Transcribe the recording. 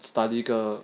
study 一个